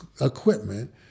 equipment